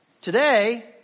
Today